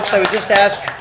i would just ask,